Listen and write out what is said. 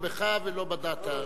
לא בך ולא בדת,